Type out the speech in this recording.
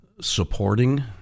supporting